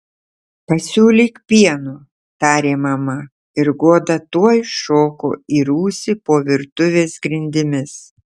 pasiūlyk pieno tarė mama ir goda tuoj šoko į rūsį po virtuvės grindimis